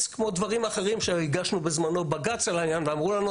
כמו דברים אחרים שהגשנו בזמנו בג"ץ על העניין ואמרו לנו,